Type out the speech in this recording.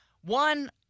One